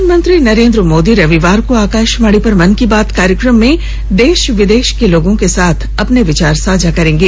प्रधानमंत्री नरेन्द्र मोदी रविवार को आकाशवाणी पर मन की बात कार्यक्रम में देश विदेश के लोगों के साथ अपने विचार साझा करेंगे